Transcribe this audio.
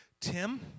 Tim